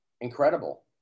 Incredible